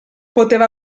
poteva